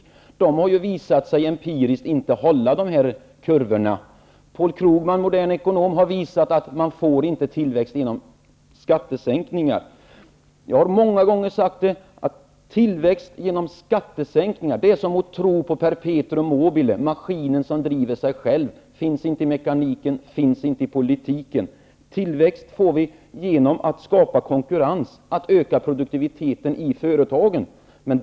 Dessa kurvor har ju visat sig inte hålla empiriskt. Paul Krogman, en modern ekonom, har visat att man inte får tillväxt genom skattesänkningar. Att tro på tillväxt genom skattesänkningar är som att tro på perpetuum mobile, maskinen som driver sig själv. Den finns inte i mekaniken och inte i politiken. Vi får tillväxt genom att skapa konkurrens och öka produktiviteten i företagen.